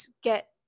get